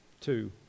Two